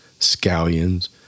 scallions